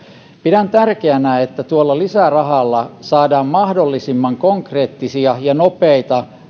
pidän tärkeänä että tuolla lisärahalla saadaan mahdollisimman konkreettisia ja nopeita